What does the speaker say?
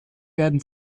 werden